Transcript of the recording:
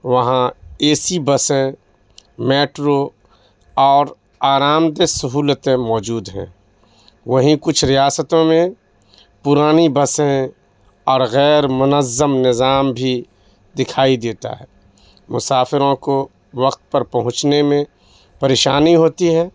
وہاں A C بسیں metro اور آرام دہ سہولتیں موجود ہیں وہیں کچھ ریاستوں میں پرانی بسیں اور غیر منظم نظام بھی دکھائی دیتا ہے مسافروں کو وقت پر پہنچنے میں پریشانی ہوتی ہے